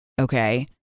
okay